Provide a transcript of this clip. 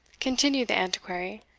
continued the antiquary,